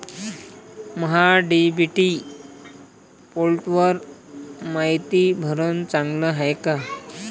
महा DBT पोर्टलवर मायती भरनं चांगलं हाये का?